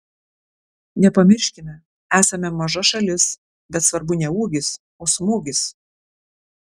nepamirškime esame maža šalis bet svarbu ne ūgis o smūgis